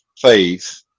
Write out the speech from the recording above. faith